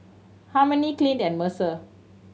Harmony Clint and Mercer